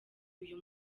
uyu